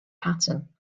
pattern